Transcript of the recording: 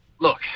look